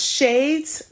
Shades